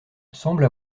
semble